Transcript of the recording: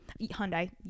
Hyundai